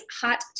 hot